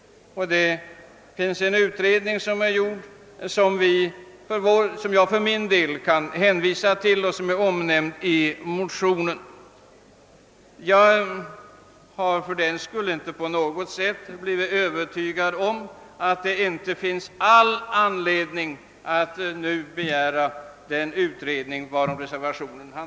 Det finns en utredning i denna fråga, som jag för min del kan hänvisa till och som är omnämnd i motionen. Jag har inte på något sätt blivit övertygad om att det inte finns all. anledning att nu begära den utredning som föreslås i reservationen.